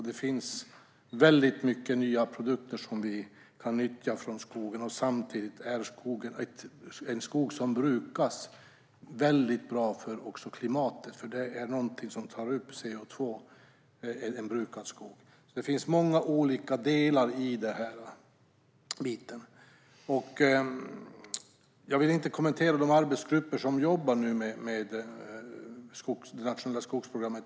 Det finns mycket nya produkter som vi kan nyttja från skogen, och samtidigt är en skog som brukas bra för klimatet, för en brukad skog tar upp koldioxid. Det finns många olika delar i detta. Jag vill inte kommentera de arbetsgrupper som jobbar med det nationella skogsprogrammet.